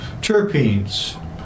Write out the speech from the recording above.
Terpenes